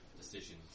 decisions